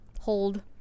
Hold